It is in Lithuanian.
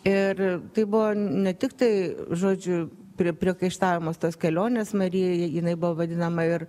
ir tai buvo ne tiktai žodžiu prie priekaištavimas tos kelionės marija jinai buvo vadinama ir